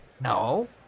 No